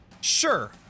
Sure